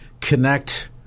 connect